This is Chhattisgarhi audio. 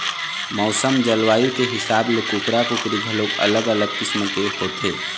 मउसम, जलवायु के हिसाब ले कुकरा, कुकरी घलोक अलग अलग किसम के होथे